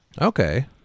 Okay